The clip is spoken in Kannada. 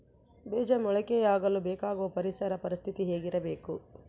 ಬೇಜ ಮೊಳಕೆಯಾಗಲು ಬೇಕಾಗುವ ಪರಿಸರ ಪರಿಸ್ಥಿತಿ ಹೇಗಿರಬೇಕು?